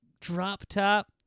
drop-top